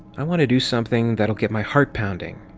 i want to do something that ll get my heart pounding.